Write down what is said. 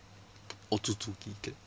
otsutsuki clan